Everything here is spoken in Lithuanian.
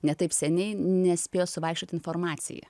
ne taip seniai nespėjo suvaikščiot informacija